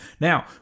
Now